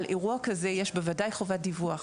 על אירוע כזה יש בוודאי חובת דיווח,